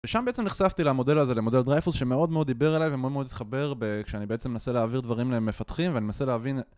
ושם בעצם נחשפתי למודל הזה, למודל דרייפוס שמאוד מאוד דיבר אליי ומאוד מאוד התחבר, וכשאני בעצם מנסה להעביר דברים למפתחים ואני מנסה להבין